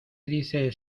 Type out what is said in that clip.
dices